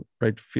right